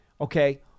okay